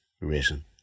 risen